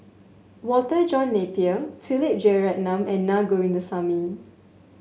Walter John Napier Philip Jeyaretnam and Naa Govindasamy